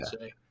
say